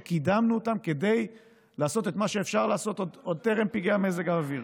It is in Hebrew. שקידמנו כדי לעשות את מה שאפשר לעשות עוד טרם פגעי מזג האוויר.